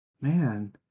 man